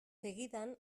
segidan